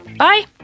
Bye